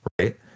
Right